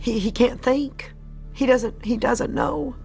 he can't thank he doesn't he doesn't know